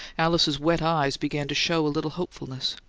alice's wet eyes began to show a little hopefulness.